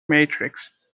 matrix